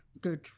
good